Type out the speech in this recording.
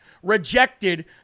rejected